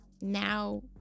now